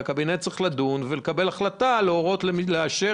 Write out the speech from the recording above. והקבינט צריך לדון ולקבל החלטה לאשר